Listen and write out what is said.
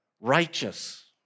righteous